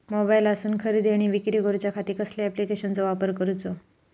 मोबाईलातसून खरेदी आणि विक्री करूच्या खाती कसल्या ॲप्लिकेशनाचो वापर करूचो?